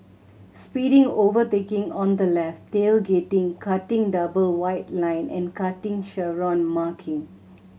speeding overtaking on the left tailgating cutting double white line and cutting chevron marking